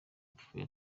apfuye